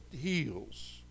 heals